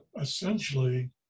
essentially